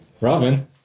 Robin